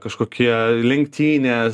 kažkokie lenktynės